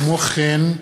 כמו כן,